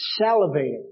salivating